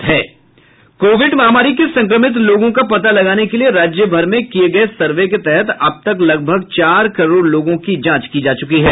Covid महामारी के संक्रमित लोगों का पता लगाने के लिए राज्यभर में किये गये सर्वे के तहत अब तक लगभग चार करोड़ लोगों की जांच की जा चुकी है